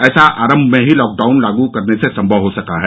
ऐसा आरम्भ में ही लॉकडाउन लागू करने से सम्मव हो सका है